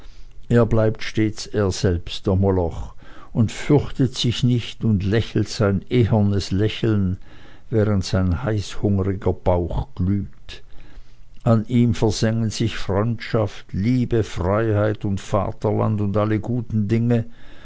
er bleibt stets er selbst der moloch und fürchtet sich nicht und lächelt sein ehernes lächeln während sein heißhungriger bauch glüht an ihm versengen sich freundschaft liebe freiheit und vaterland und alle guten dinge